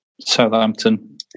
Southampton